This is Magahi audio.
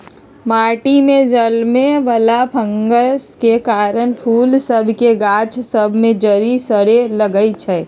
माटि में जलमे वला फंगस के कारन फूल सभ के गाछ सभ में जरी सरे लगइ छै